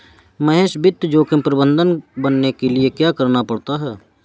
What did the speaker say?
महेश वित्त जोखिम प्रबंधक बनने के लिए क्या करना पड़ता है?